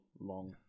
long